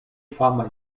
famaj